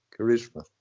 Charisma